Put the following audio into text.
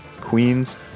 Queens